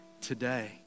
today